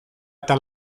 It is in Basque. eta